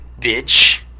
bitch